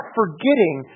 forgetting